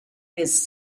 his